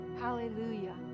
hallelujah